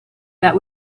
that